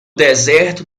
deserto